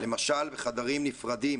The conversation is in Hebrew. למשל בחדרים נפרדים,